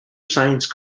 science